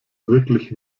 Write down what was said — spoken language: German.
wirklich